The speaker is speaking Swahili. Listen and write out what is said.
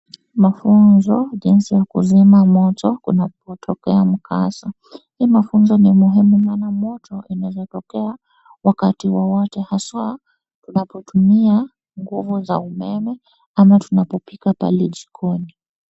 Mafunzo jinsi ya kuzima moto kunapotokea mkasa. Hii mafunzo ni muhimu maana moto inaweza tokea wakati wowote aswa tunapotumia nguvu za umeme ama tunapopika pale jikoni.